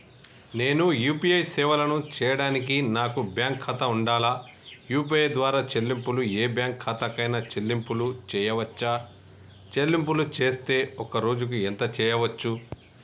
నేను యూ.పీ.ఐ సేవలను చేయడానికి నాకు బ్యాంక్ ఖాతా ఉండాలా? యూ.పీ.ఐ ద్వారా చెల్లింపులు ఏ బ్యాంక్ ఖాతా కైనా చెల్లింపులు చేయవచ్చా? చెల్లింపులు చేస్తే ఒక్క రోజుకు ఎంత చేయవచ్చు?